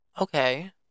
Okay